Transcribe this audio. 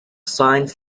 science